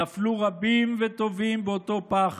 נפלו רבים וטובים באותו פח